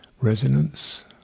resonance